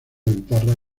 guitarra